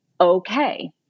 okay